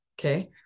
Okay